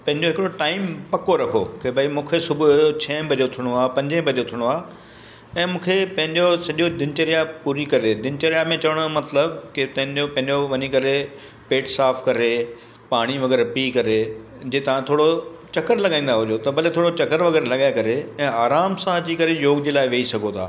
पंहिंजो हिकिड़ो टाइम पको रखो की भाई मूंखे सुबुह जो छहें बजे उथणो आहे पंजें बजे उथणो आहे ऐं मूंखे पंहिंजो सॼो दिनचर्या पूरी करे दिनचर्या में चवण जो मतिलबु की तव्हांजो पंहिंजो वञी करे पेटु साफ़ु करे पाणी वग़ैरह पी करे जीअं तव्हां थोरो चकरु लॻाईंदा हुजो त भले थोरो चकरु वग़ैरह लॻाए करे ऐं आराम सां अची करे योग जे लाइ वेही सघो था